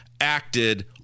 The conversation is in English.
acted